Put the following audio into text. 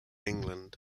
england